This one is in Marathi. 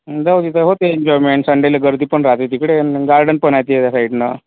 जाऊ तिथं होते एन्जॉयमेंट संडेला गर्दी पण राहते तिकडे आणि गार्डन पण आहे त्याच्या साईडनं